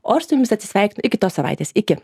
o aš su jumis atsisveikinu iki tos savaitės iki